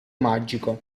magico